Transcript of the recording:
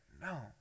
No